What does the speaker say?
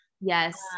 Yes